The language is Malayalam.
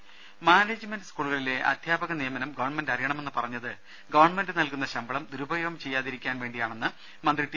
ദരദ മാനേജ്മെന്റ് സ്കൂളുകളിലെ അധ്യാപക നിയമനം ഗവൺമെന്റ് അറിയണമെന്ന് പറഞ്ഞത് ഗവൺമെന്റ് നൽകുന്ന ശമ്പളം ദുരുപയോഗം ചെയ്യാതിരിക്കാൻ വേണ്ടിയാണെന്ന് മന്ത്രി ടി